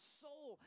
soul